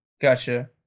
gotcha